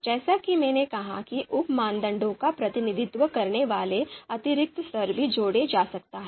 जैसा कि मैंने कहा कि उप मानदंडों का प्रतिनिधित्व करने वाले अतिरिक्त स्तर भी जोड़े जा सकते हैं